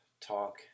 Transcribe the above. talk